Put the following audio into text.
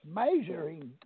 measuring